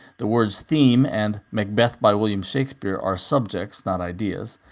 the words, theme and macbeth by william shakespeare are subjects, not ideas.